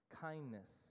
kindness